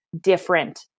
different